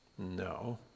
No